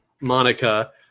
Monica